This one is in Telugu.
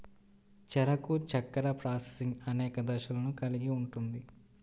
చెరకు చక్కెర ప్రాసెసింగ్ అనేక దశలను కలిగి ఉంటుంది